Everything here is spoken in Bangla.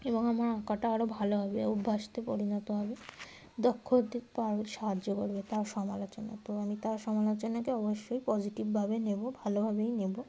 এবং আমার আঁকাটা আরও ভালো হবে অভ্যাসে পরিণত হবে দক্ষ হতে পারব সাহায্য করবে তার সমালোচনা তো আমি তার সমালোচনাকে অবশ্যই পজিটিভভাবে নেব ভালোভাবেই নেব